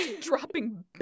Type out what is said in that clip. dropping